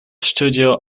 studio